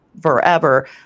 forever